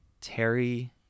Terry